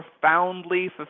profoundly